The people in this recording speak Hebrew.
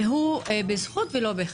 והוא בזכות ולא בחסד.